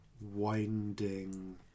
winding